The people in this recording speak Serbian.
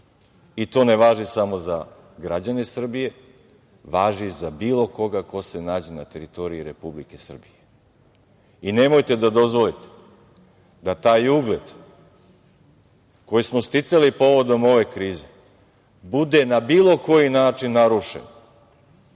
I to ne važi samo za građane Srbije, važi za bilo koga ko se nađe na teritoriji Republike Srbije. Nemojte da dozvolite da taj ugled koji smo sticali povodom ove krize bude na bilo koji način narušen,